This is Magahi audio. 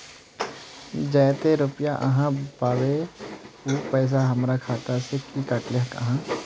जयते रुपया आहाँ पाबे है उ पैसा हमर खाता से हि काट लिये आहाँ?